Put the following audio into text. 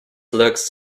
looks